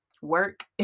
work